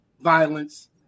violence